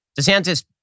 DeSantis